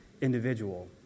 individual